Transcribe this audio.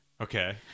Okay